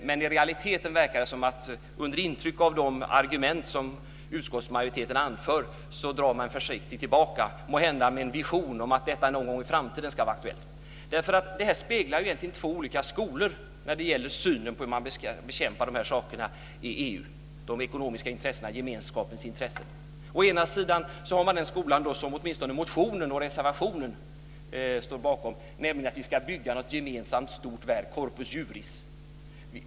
Men i realiteten verkar det som att man under intryck av de argument som utskottsmajoritet anför drar sig försiktigt tillbaka, måhända med en vision om att detta någon gång i framtiden ska vara aktuellt. Detta speglar egentligen två olika skolor i synen på hur man ska bekämpa ekonomisk brottslighet i EU och bevaka de ekonomiska intressena och gemenskapens intressen. Å ena sidan har man den skolan som man åtminstone i motionen och reservationen står bakom, nämligen att vi ska bygga ett gemensamt stort verk, Corpus Juris.